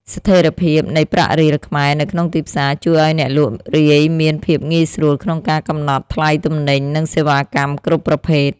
ស្ថិរភាពនៃប្រាក់រៀលខ្មែរនៅក្នុងទីផ្សារជួយឱ្យអ្នកលក់រាយមានភាពងាយស្រួលក្នុងការកំណត់ថ្លៃទំនិញ និងសេវាកម្មគ្រប់ប្រភេទ។